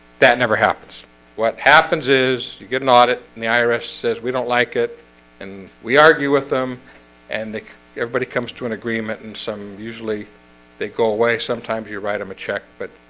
that never happens what happens is you get an audit and the irs says we don't like it and we argue with them and they everybody comes to an agreement and some usually they go away. sometimes you write them a check, but